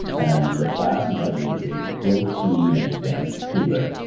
and the plasma is a protein dense fluid,